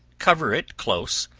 cover it close,